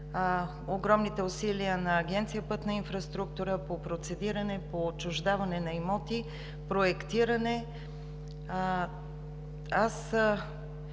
Огромните усилия на Агенция „Пътна инфраструктура“ са по процедиране, по отчуждаване на имоти, проектиране. Аз